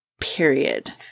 period